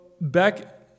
back